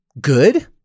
good